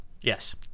Yes